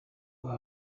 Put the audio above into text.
uyu